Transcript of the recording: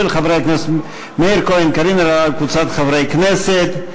של חברי הכנסת מאיר כהן וקארין אלהרר וקבוצת חברי הכנסת,